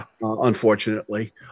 unfortunately